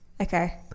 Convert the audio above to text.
okay